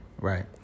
Right